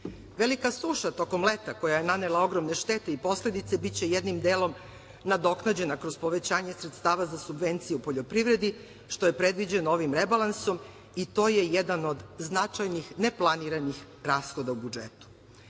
suša tokom leta koja je nanela ogromne štete i posledice biće jednim delom nadoknađene kroz povećanje sredstava za subvenciju poljoprivredi, što je predviđeno ovim rebalansom i to je jedan od značajnih neplaniranih rashoda u budžetu. Sve